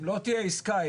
אם לא תהיה עסקה,